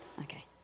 Okay